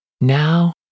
Now